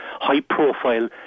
high-profile